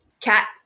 Cat